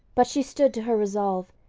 but she stood to her resolve,